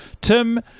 Tim